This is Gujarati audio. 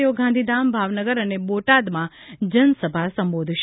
તેઓ ગાંધીધામ ભાવનગર અને બોટાદમાં જનસભા સંબોધશે